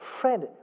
Friend